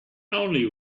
only